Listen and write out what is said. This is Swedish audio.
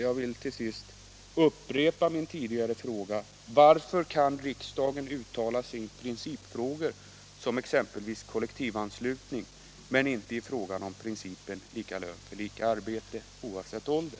Jag vill till sist upprepa min tidigare fråga: Varför kan riksdagen uttala sig i principfrågor som exempelvis kollektivanslutning men inte i frågan om principen lika lön för lika arbete oavsett ålder?